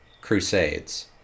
crusades